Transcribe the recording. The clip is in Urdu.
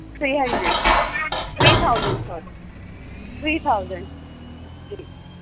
three hundred three thousand sir three thousand G